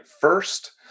first